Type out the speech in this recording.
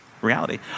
reality